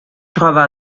trova